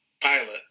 pilot